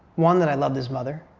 one, that i loved his mother.